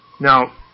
now